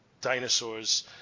dinosaurs